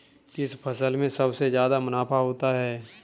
किस फसल में सबसे जादा मुनाफा होता है?